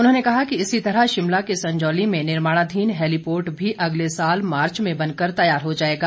उन्होंने कहा कि इसी तरह शिमला के संजौली में निर्माणाधीन हैलीपोर्ट भी अगले साल मार्च में बनकर तैयार हो जाएगा